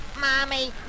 Mommy